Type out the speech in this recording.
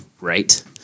Right